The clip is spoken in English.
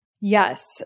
Yes